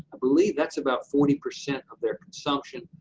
believe that's about forty percent of their consumption,